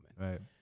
Right